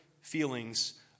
feelings